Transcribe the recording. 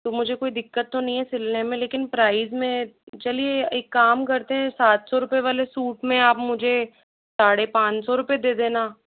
तो मुझे कोई दिक्कत तो नहीं है सिलने में लेकिन प्राइस में चलिए एक काम करते हैं सात सौ रुपये वाले सूट में आप मुझे साढ़े पाँच सौ रुपये दे देना